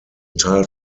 teil